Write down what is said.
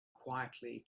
quietly